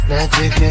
Magic